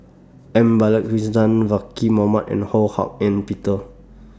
M Balakrishnan Zaqy Mohamad and Ho Hak Ean Peter